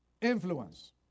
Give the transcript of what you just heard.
influence